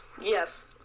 Yes